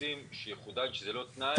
שיחדדו שזה לא תנאי.